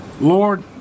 Lord